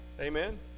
Amen